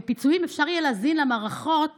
הפיצויים אפשר יהיה להזין למערכות